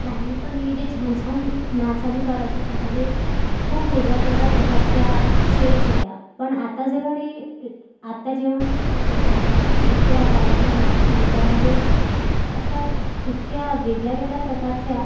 लहानपणी जे छान छान नाच आम्ही करायचो त्यामध्ये खूप वेगळ्या वेगळ्या प्रकारच्या स्टेप्स होत्या पण आत्ता जे घडी आत्ता जेव्हा मी पाहते की आताचे जे नृत्य आहे आताचे नाच आहे त्यामध्ये अशा इतक्या वेगळ्या वेगळ्या प्रकारच्या